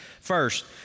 First